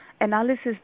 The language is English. analysis